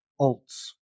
alts